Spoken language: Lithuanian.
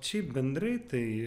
šiaip bendrai tai